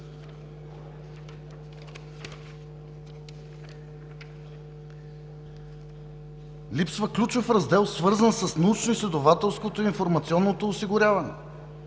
Липсва ключов раздел, свързан с научноизследователското и информационното осигуряване.